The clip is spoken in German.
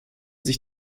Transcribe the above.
sich